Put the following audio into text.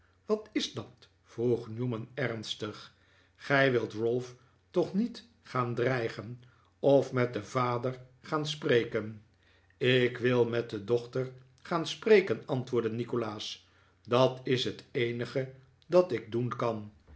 wat is dat vroeg newman ernstig gij wilt ralph toch niet gaan dreigen of met den vader gaan spreken ik wil met de dochter gaan spreken antwoordde nikolaas dat is t eenige wat ik doen kan